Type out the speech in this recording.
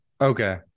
okay